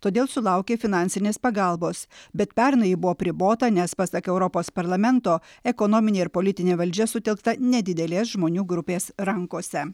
todėl sulaukė finansinės pagalbos bet pernai ji buvo apribota nes pasak europos parlamento ekonominė ir politinė valdžia sutelkta nedidelės žmonių grupės rankose